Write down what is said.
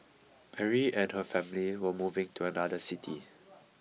Mary and her family were moving to another city